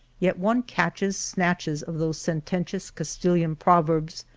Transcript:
yet one catches snatches of those sententious castilian proverbs,